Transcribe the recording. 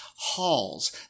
Halls